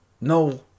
No